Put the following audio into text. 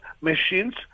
machines